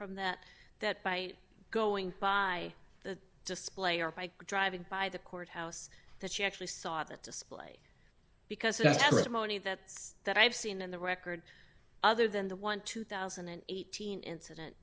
from that that by going by the display or by driving by the courthouse that she actually saw the display because it's just moni that that i've seen in the record other than the twelve thousand and eighteen incident